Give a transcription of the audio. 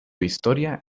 historia